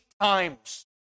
times